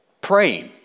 praying